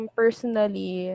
personally